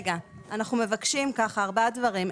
אנחנו מבקשים ארבעה דברים.